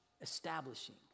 establishing